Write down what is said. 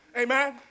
Amen